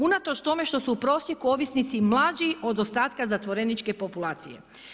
Unatoč tome što su u prosjeku ovisnici mlađi od ostatka zatvoreničke populacije.